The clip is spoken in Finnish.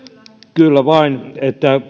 kyllä vain että